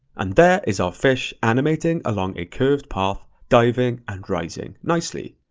and there is our fish animating along a curved path, diving and rising nicely.